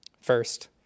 First